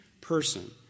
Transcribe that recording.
person